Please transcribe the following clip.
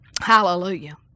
Hallelujah